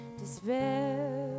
despair